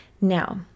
now